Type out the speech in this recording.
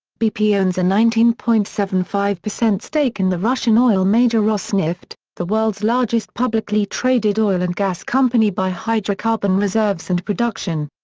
bp owns a nineteen point seven five stake in the russian oil major rosneft, the world's largest publicly traded oil and gas company by hydrocarbon reserves and production.